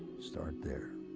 start there.